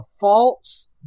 false